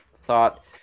thought